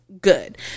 good